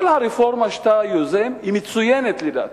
כל הרפורמה שאתה יוזם היא מצוינת, לדעתי,